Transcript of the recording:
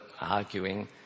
arguing